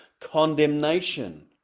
condemnation